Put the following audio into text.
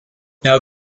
now